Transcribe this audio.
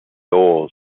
oars